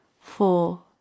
Four